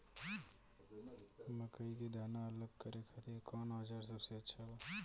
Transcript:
मकई के दाना अलग करे खातिर कौन औज़ार सबसे अच्छा बा?